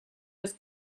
his